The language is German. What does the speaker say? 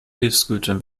hilfsgütern